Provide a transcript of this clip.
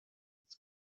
its